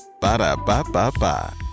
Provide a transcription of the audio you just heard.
Ba-da-ba-ba-ba